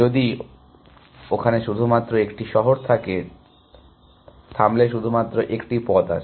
যদি ওখানে শুধুমাত্র একটি শহর থাকে থামলে শুধুমাত্র একটি পথ আছে